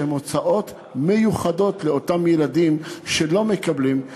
שהן הוצאות מיוחדות על אותם ילדים שלא מקבלים את הגמלה.